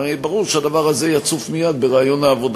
הרי ברור שהדבר הזה יצוף מייד בראיון העבודה,